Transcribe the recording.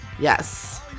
Yes